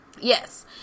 yes